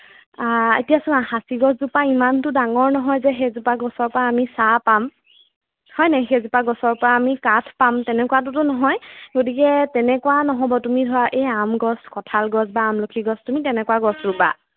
এতিয়া চোৱা সাঁচি গছজোপা ইমানতো ডাঙৰ নহয় যে সেইজোপা গছৰ পৰা আমি ছাঁ পাম হয়নে সেইজোপা গছৰ পৰা আমি কাঠ পাম তেনেকুৱাটোতো নহয় গতিকে তেনেকুৱা নহ'ব তুমি ধৰা এই আম গছ কঠাল গছ বা আমলখি গছ তুমি তেনেকুৱা গছ ৰুবা